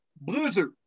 Blizzard